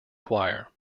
choir